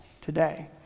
today